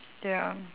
ya